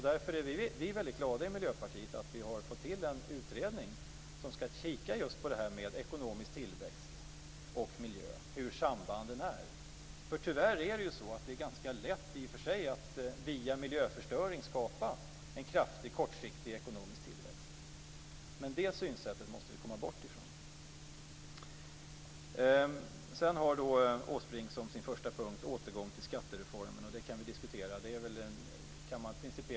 Därför är vi i Miljöpartiet väldigt glada över att vi har fått till en utredning som skall titta på just hur sambanden är mellan ekonomisk tillväxt och miljö. Tyvärr är det ju ganska lätt att via miljöförstöring skapa en kraftig kortsiktig ekonomisk tillväxt. Det synsättet måste vi komma bort ifrån. Som sin första punkt har Åsbrink en återgång till skattereformen. Det kan vi diskutera principiellt, men även sakligt.